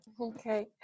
okay